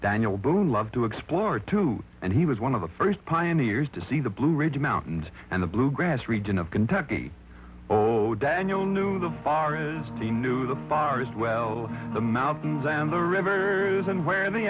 daniel boone loved to explore too and he was one of the first pioneers to see the blue ridge mountains and the blue grass region of kentucky oh daniel knew the bar is the new the far east well the mountains and the rivers and where the